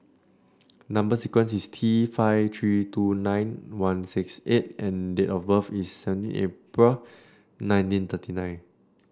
number sequence is T five three two nine one six eight and date of birth is seventeen April nineteen thirty nine